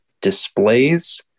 displays